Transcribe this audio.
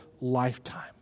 lifetime